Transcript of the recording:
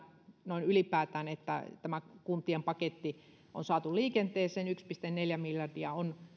noin ylipäätään että tämä kuntien paketti on saatu liikenteeseen yksi pilkku neljä miljardia on